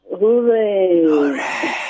hooray